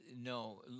no